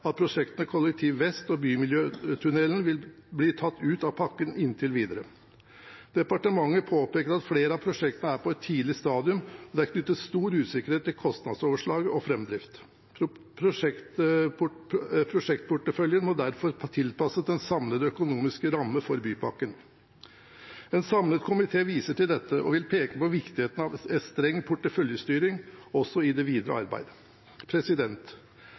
at prosjektene kollektiv vest og Bymiljøtunnelen blir tatt ut av pakken inntil videre. Departementet påpeker at flere av prosjektene er på et tidlig stadium, og det er knyttet stor usikkerhet til kostnadsoverslag og framdrift. Prosjektporteføljen må derfor tilpasses den samlede økonomiske rammen for bypakken. En samlet komité viser til dette og vil peke på viktigheten av streng porteføljestyring også i det videre